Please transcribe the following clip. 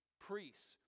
Priests